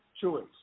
choice